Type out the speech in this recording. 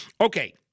Okay